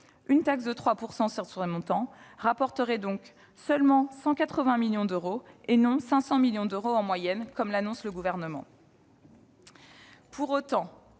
Une taxe de 3 % rapporterait donc seulement 180 millions d'euros, et non 500 millions d'euros en moyenne, comme l'annonce le Gouvernement. Pour autant,